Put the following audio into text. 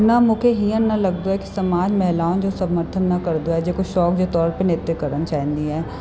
न मूंखे हीअं न लॻंदो आहे की समाज महिलाउनि जो समर्थन न कंदो आहे जेको शौक़ जे तौर ते नृत्य करणु चाहींदी आहे